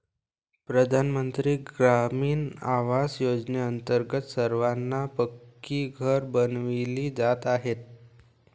प्रधानमंत्री ग्रामीण आवास योजनेअंतर्गत सर्वांना पक्की घरे बनविली जात आहेत